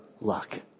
luck